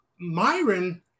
Myron